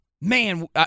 man